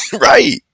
right